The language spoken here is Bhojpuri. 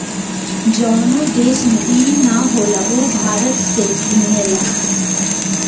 जवन देश में ई ना होला उ भारत से किनेला